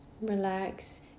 Relax